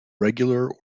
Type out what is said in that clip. regular